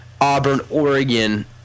Auburn-Oregon